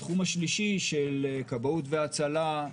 בתחום השלישי של כבאות והצלה,